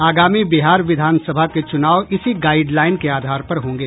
आगामी बिहार विधान सभा के चूनाव इसी गाइडलाइन के आधार पर होंगे